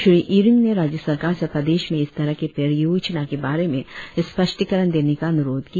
श्री निनोंग इरिंग ने राज्य सरकार से प्रदेश में इस तरह की परियोजना के बारे में स्पष्टीकरण देने का अन्रोध किया